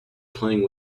playing